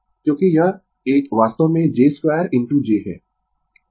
क्योंकि यह एक वास्तव में j 2 इनटू j है